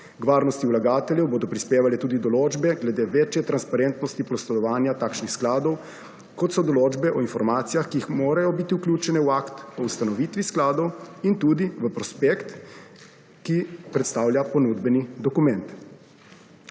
varnosti vlagatelje bodo prispevale tudi določbe glede večje transparentnosti /nerazumljivo/ takšnih skladov, kot so določbe o informacijah, ki jih morajo biti vključene v akt o ustanovitvi skladov in tudi v prospekt, ki predstavlja ponudbeni dokument.